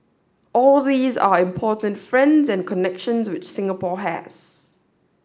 all these are important friends and connections which Singapore has